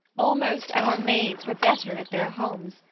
almost our maids were better at their homes,